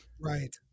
Right